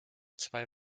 zwei